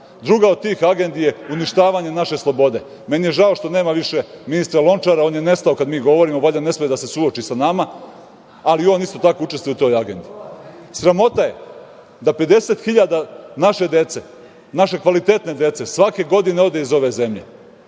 Druga od tih agendi je uništavanje naše slobode. Meni je žao što nema više ministra Lončara, on je nestao kad mi govorimo, valjda ne sme da se suoči sa nama, ali i on učestvuje u toj agendi. Sramota je da 50 hiljada naše dece, naše kvalitetne dece, svake godine ode iz ove zemlje.